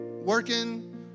working